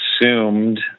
assumed